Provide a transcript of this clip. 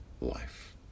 life